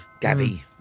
Gabby